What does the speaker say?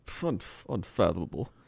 Unfathomable